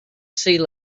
sea